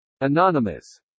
Anonymous